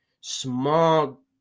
small